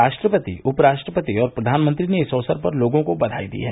राष्ट्रपति उपराष्ट्रपति और प्रधानमंत्री ने इस अवसर पर लोगों को बघाई दी है